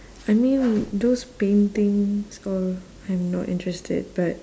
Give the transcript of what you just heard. I mean those paintings all I'm not interested but